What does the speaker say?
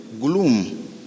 gloom